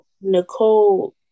Nicole